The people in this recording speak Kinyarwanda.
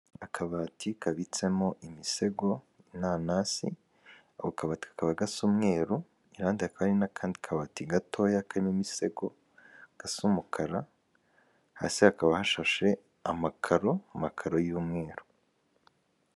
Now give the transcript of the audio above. Akabati kabitsemo imisego, inanasi, ako kabati kakaba gasa umweru, iruhande hakaba hari n'akandi kabati gatoya karimo imisego, gasa umukara, hasi hakaba hashashe amakaro, amakararo y'umweru.